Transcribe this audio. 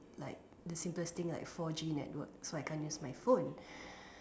like the simplest thing like four G network so I can't use my phone